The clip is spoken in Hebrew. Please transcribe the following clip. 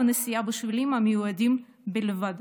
ונסיעה בשבילים המיועדים לכך בלבד.